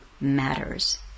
matters